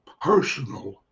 personal